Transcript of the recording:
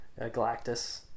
Galactus